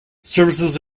services